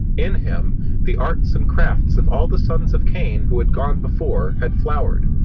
in him the arts and crafts of all the sons of cain who had gone before had flowered.